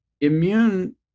immune